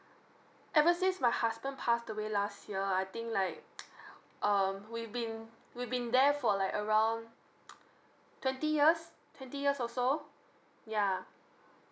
ever since my husband passed away last year I think like um we've been we've been there for like around twenty years twenty years or so yeah